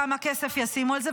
כמה כסף ישימו על זה.